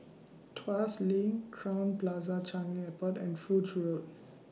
Tuas LINK Crowne Plaza Changi Airport and Foch Road